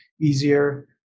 easier